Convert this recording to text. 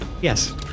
Yes